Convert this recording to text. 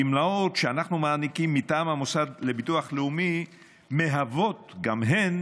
גמלאות שאנחנו מעניקים מטעם המוסד לביטוח לאומי מהוות גם הן